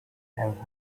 have